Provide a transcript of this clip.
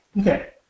Okay